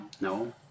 No